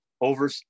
over